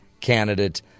candidate